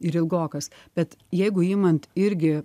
ir ilgokas bet jeigu imant irgi